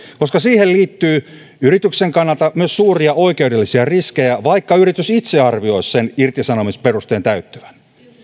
koska siihen liittyy yrityksen kannalta myös suuria oikeudellisia riskejä vaikka yritys itse arvioisi irtisanomisperusteen täyttyvän